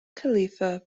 khalifa